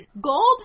Gold